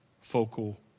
focal